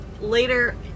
later